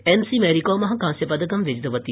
MC Mary Kom कास्यपदकं विजितवती